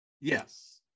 Yes